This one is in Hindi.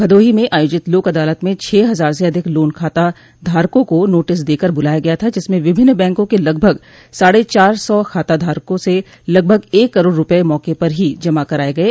भदोही में आयोजित लोक अदालत में छह हजार से अधिक लोन खाता धारकों को नोटिस देकर बुलाया गया था जिसमें विभिन्न बैंकों के लगभग साढ़े चार सौ खाता धारकों से लगभग एक करोड़ रूपये मौके पर ही जमा कराये गये